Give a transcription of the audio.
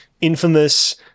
infamous